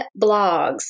blogs